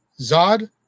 Zod